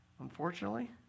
Unfortunately